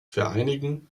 vereinigen